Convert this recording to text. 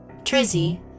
Trizzy